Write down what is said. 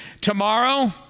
tomorrow